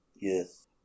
Yes